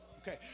Okay